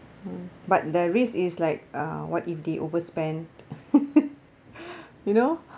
hmm but the risk is like uh what if they overspend you know